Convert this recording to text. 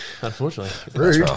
unfortunately